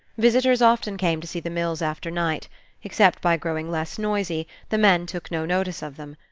visitors often came to see the mills after night except by growing less noisy, the men took no notice of them.